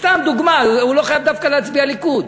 סתם דוגמה, הוא לא חייב דווקא להצביע ליכוד.